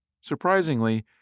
Surprisingly